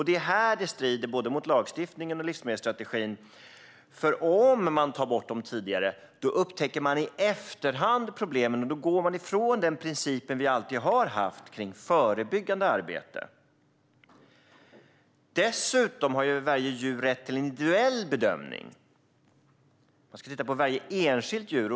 Det är här förslaget strider mot både lagstiftningen och livsmedelsstrategin. För om man tar bort kultingarna tidigare upptäcker man problemen i efterhand, och då går man ifrån den princip som vi alltid har haft om förebyggande arbete. Dessutom har varje djur rätt till en individuell bedömning. Man ska titta på varje enskilt djur.